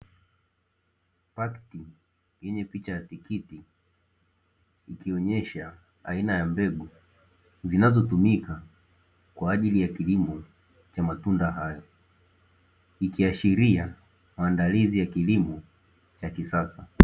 Pakiti yenye picha ya tikiti, ikionyesha aina ya mbegu zinazotumika kwa ajili ya kilimo cha matunda hayo. Ikiashiria maandalizi ya kilimo cha kisasa.